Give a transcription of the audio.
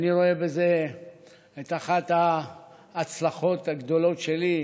אני רואה בזה את אחת ההצלחות הגדולות שלי,